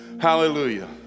Hallelujah